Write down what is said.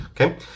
Okay